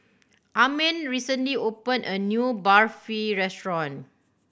Amin recently opened a new Barfi restaurant